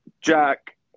Jack